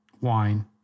wine